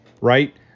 right